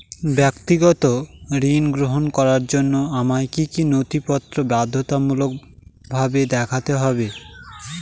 ব্যক্তিগত ঋণ গ্রহণ করার জন্য আমায় কি কী নথিপত্র বাধ্যতামূলকভাবে দেখাতে হবে?